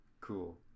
cool